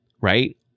right